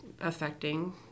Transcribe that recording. affecting